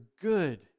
good